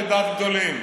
קלעתי לדעת גדולים.